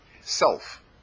self